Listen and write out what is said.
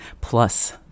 Plus